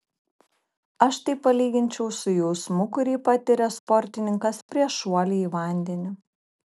aš tai palyginčiau su jausmu kurį patiria sportininkas prieš šuolį į vandenį